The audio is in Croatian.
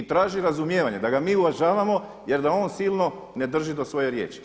I traži razumijevanje da ga mi uvažavamo jer da on silno ne drži do svoje riječi.